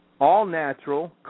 all-natural